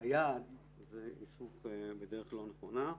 היעד זו דרך לא נכונה,